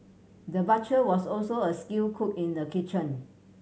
the butcher was also a skilled cook in the kitchen